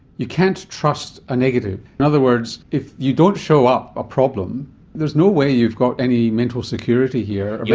you can't trust a negative. in other words, if you don't show up a problem there's no way you've got any mental security here, but